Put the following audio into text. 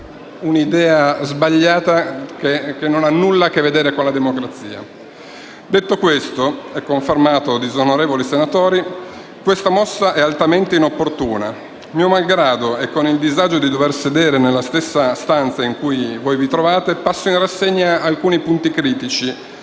un'idea, sbagliata, che nulla ha a che vedere con la democrazia. Detto questo e confermato, quindi, il "disonorevoli senatori", questa mossa è altamente inopportuna. Mio malgrado e con il disagio di dover sedere nella stessa stanza in cui voi vi trovate, passo in rassegna alcuni punti critici,